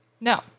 No